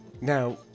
now